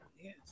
Yes